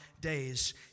days